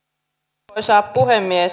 arvoisa puhemies